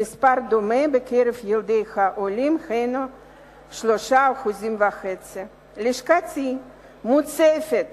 והמספר בקרב ילדי העולים הוא 3.5%. לשכתי מוצפת